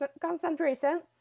concentration